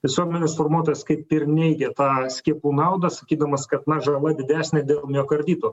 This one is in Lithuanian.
visuomenės formuotojas kaip ir neigė tą skiepų naudą sakydamas kad na žala didesnė dėl miokardito